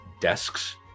desks